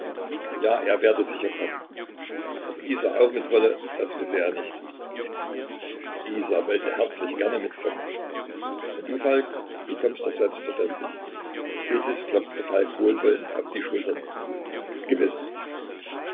ja er werde sicher kommen ob isa auch mit wolle das wisse er nicht isa wollte herzlich gerne mitkommen und du falk du kommst doch selbstverständlich iltis klopfte falk wohlwollend auf die schultern gewiß